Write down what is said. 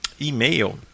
email